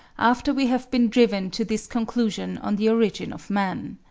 after we have been driven to this conclusion on the origin of man.